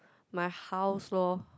my house lor